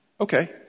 okay